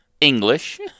English